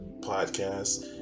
podcast